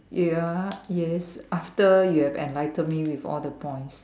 ya yes after you have enlightened me with all the points